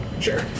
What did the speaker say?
Sure